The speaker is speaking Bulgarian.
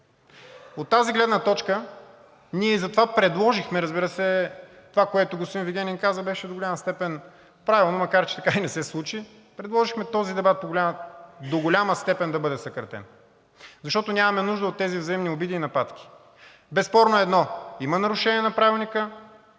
От тази гледна точка ние и затова предложихме – разбира се, това, което господин Вигенин каза, беше до голяма степен правилно, макар че така и не се случи, предложихме този дебат до голяма степен да бъде съкратен. До голяма степен да бъде съкратен! Защото нямаме нужда от тези взаимни обиди и нападки. Безспорно е едно: има нарушение на Правилника,